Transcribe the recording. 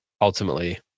ultimately